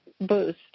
boost